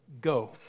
Go